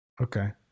Okay